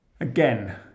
again